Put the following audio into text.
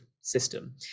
system